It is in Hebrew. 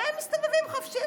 והם מסתובבים חופשי,